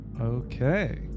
Okay